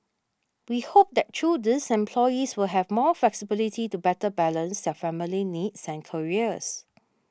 we hope that through these employees will have more flexibility to better balance their family needs and careers